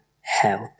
help